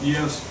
Yes